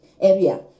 area